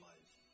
life